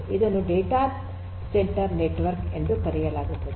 ಇದನ್ನು data centre network ಎಂದು ಕರೆಯಲಾಗುತ್ತದೆ